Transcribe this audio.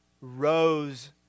rose